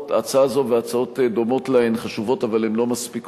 שהצעה זו והצעות דומות לה הן חשובות אבל הן לא מספיקות.